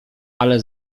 ale